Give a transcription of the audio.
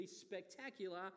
spectacular